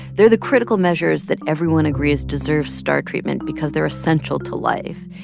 they're the critical measures that everyone agrees deserve star treatment because they're essential to life.